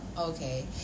okay